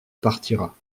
partira